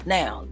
now